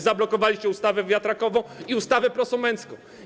Zablokowaliście ustawę wiatrakową i ustawę prosumencką.